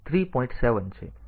7 છે